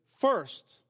first